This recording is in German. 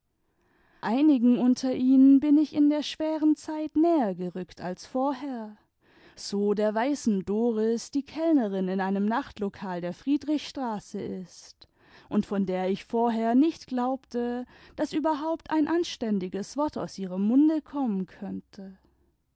einigen unter ihnen bin ich in der schweren zeit näher gerückt als vorher so der weißen doris die kellnerin in einem nachtlokal der friedrichstraße ist und von der ich vorher nicht glaubte daß überhaupt ein anständiges wort aus ihrem munde kommen könnte